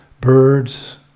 birds